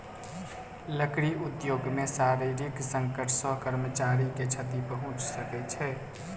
लकड़ी उद्योग मे शारीरिक संकट सॅ कर्मचारी के क्षति पहुंच सकै छै